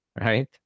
right